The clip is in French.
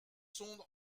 sonde